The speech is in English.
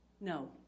No